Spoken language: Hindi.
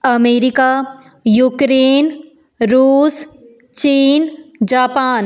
अमेरिका यूक्रेन रुस चीन जापान